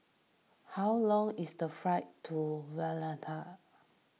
how long is the flight to Valletta